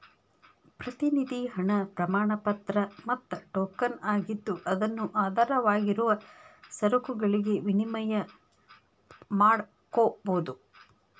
ಪ್ರತಿನಿಧಿ ಹಣ ಪ್ರಮಾಣಪತ್ರ ಮತ್ತ ಟೋಕನ್ ಆಗಿದ್ದು ಅದನ್ನು ಆಧಾರವಾಗಿರುವ ಸರಕುಗಳಿಗೆ ವಿನಿಮಯ ಮಾಡಕೋಬೋದು